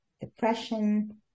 depression